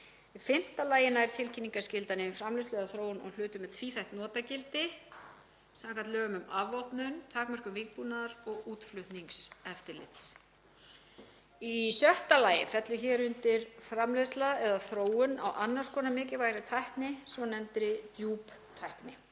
fimmta lagi nær tilkynningarskyldan yfir framleiðslu eða þróun á hlutum með tvíþætt notagildi samkvæmt lögum um afvopnun, takmörkun vígbúnaðar og útflutningseftirlit. Í sjötta lagi fellur hér undir framleiðsla eða þróun á annars konar mikilvægri tækni, svonefndri djúptækni.